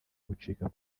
bucika